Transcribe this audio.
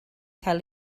cael